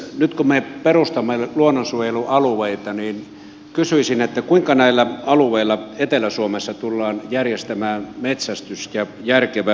nyt kun me perustamme luonnonsuojelualueita niin kysyisin kuinka näillä alueilla etelä suomessa tullaan järjestämään metsästys ja järkevä riistanhoitotyö